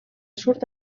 surt